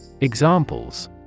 Examples